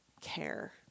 care